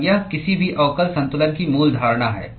और यह किसी भी अवकल संतुलन की मूल धारणा है